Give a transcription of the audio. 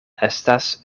estas